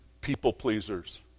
people-pleasers